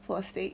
for a steak